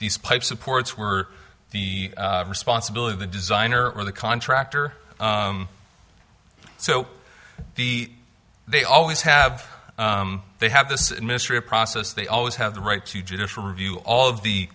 these pipe supports were the responsibility of the designer or the contractor so the they always have they have this mystery a process they always have the right to judicial review all of